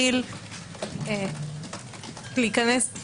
לא נוכל להחיל את ההוראות המיוחדות של ההסדר הזה.